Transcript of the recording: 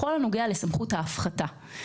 בכל הנוגע לסמכות ההפחתה,